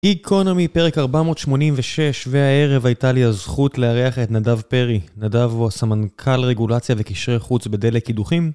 גיקונומי, פרק 486, והערב הייתה לי הזכות לארח את נדב פרי. נדב הוא הסמנכ"ל רגולציה וקשרי חוץ בדלק קידוחים.